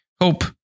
Hope